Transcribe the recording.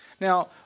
Now